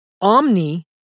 Omni